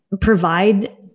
provide